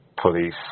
police